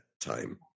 time